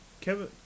Kevin